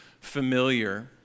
familiar